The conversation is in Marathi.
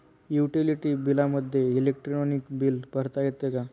युटिलिटी बिलामध्ये इलेक्ट्रॉनिक बिल भरता येते का?